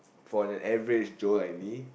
for an average joe like me